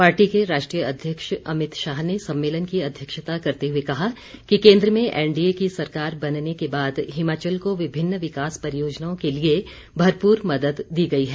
party के राष्ट्रीय अध्यक्ष अमित शाह ने सम्मेलन की अध्यक्षता करते हुए कहा कि केन्द्र में एनडीए की सरकार बनने के बाद हिमाचल को विभिन्न विकास परियोजनाओं के लिए भरपूर मदद दी गई है